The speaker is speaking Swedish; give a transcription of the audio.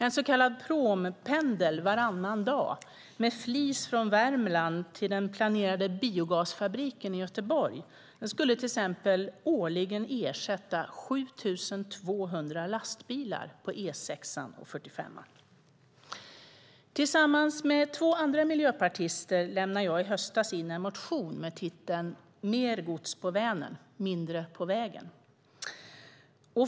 En så kallad pråmpendel varannan dag med flis från Värmland till den planerade biogasfabriken i Göteborg skulle årligen ersätta 7 200 lastbilar på E6 och E45. Tillsammans med två andra miljöpartister väckte jag i höstas en motion med titeln Mer gods på Vänern - mindre på vägarna .